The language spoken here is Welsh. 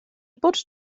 bod